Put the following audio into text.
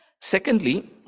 Secondly